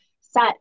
set